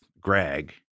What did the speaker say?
Greg